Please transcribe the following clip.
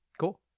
cool